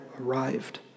arrived